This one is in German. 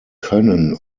können